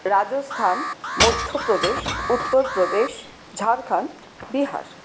Rajasthan Madhya Pradesh Uttar Pradesh Jharkhand Bihar